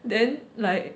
then like